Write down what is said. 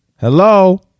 Hello